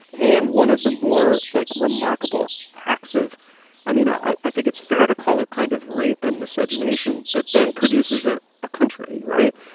and one of the more like remarkable hacks of i mean, i i think it's fair to call it kind of rape and miscegenation that then produces a ah country. right.